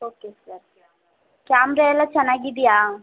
okay sir camera ಎಲ್ಲ ಚೆನ್ನಾಗಿದ್ಯಾ